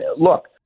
look